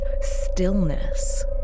stillness